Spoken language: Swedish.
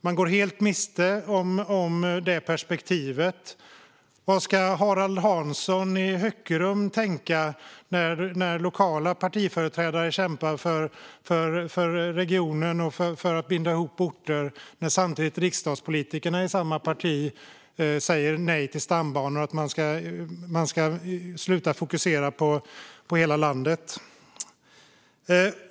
Man går helt miste om det perspektivet. Vad ska Harald Hansson i Hökerum tänka när lokala partiföreträdare kämpar för regionen och för att binda ihop orter när riksdagspolitikerna i samma parti samtidigt säger nej till stambanor och att man ska sluta fokusera på hela landet?